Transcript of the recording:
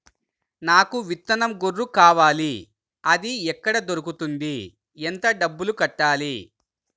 నాకు విత్తనం గొర్రు కావాలి? అది ఎక్కడ దొరుకుతుంది? ఎంత డబ్బులు కట్టాలి?